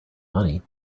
money